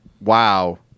wow